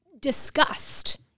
disgust